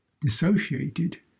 dissociated